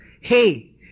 hey